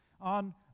on